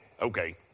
okay